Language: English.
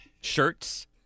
shirts